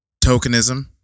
Tokenism